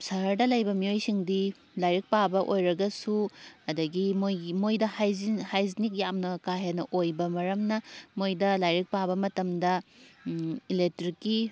ꯁꯍꯔꯗ ꯂꯩꯕ ꯃꯤꯑꯣꯏꯁꯤꯡꯗꯤ ꯂꯥꯏꯔꯤꯛ ꯄꯥꯕ ꯑꯣꯏꯔꯒꯁꯨ ꯑꯗꯒꯤ ꯃꯣꯏꯒꯤ ꯃꯣꯏꯗ ꯍꯥꯏꯖꯤꯅꯤꯛ ꯌꯥꯝꯅ ꯀꯥ ꯍꯦꯟꯅ ꯑꯣꯏꯕ ꯃꯔꯝꯅ ꯃꯣꯏꯗ ꯂꯥꯏꯔꯤꯛ ꯄꯥꯕ ꯃꯇꯝꯗ ꯏꯂꯦꯛꯇ꯭ꯔꯤꯛꯀꯤ